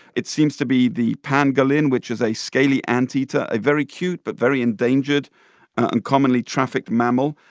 it seems to be the pangolin, which is a scaly anteater a very cute but very endangered and commonly trafficked mammal.